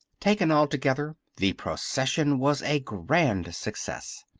taken altogether the procession was a grand success,